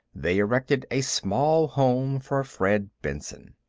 they erected a small home for fred benson.